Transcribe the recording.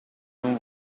non